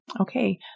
Okay